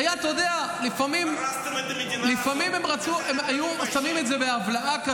לפעמים הם היו שמים את זה בהבלעה.